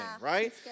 right